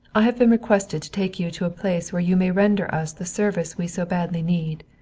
i have been requested to take you to a place where you may render us the service we so badly need.